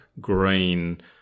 green